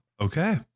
okay